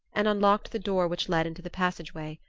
and unlocked the door which led into the passage-way.